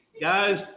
guys